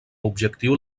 objectiu